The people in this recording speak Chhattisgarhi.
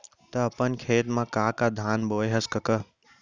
त अपन खेत म का का धान बोंए हस कका?